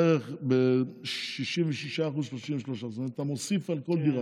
זה בערך ב-66% אז 33% אתה מוסיף על כל דירה.